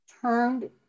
turned